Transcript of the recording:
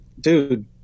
dude